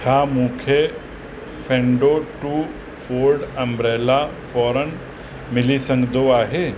छा मूंखे फेनडो टू फोल्ड अम्ब्रेला फौरन मिली सघंदो आहे